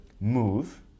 move